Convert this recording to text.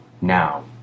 Now